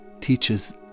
teaches